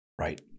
Right